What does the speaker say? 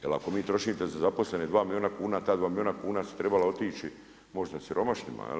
Jer ako vi trošite za zaposlene 2 milijuna kuna, ta 2 milijuna kuna su trebala otići možda siromašnima, jel.